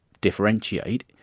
differentiate